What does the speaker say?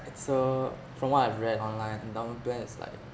so from what I've read online endowment plan is like